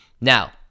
Now